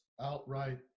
outright